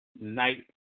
night